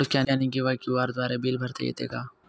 Code scanning किंवा QR द्वारे bill भरता येते का?